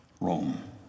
Rome